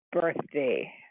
birthday